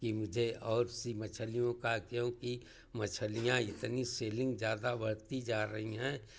कि मुझे और सी मछलियों का क्योंकि मछलियाँ इतनी सेलिंग ज़्याादा बढ़ती जा रही है